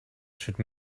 should